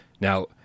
Now